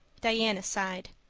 diana sighed.